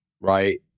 right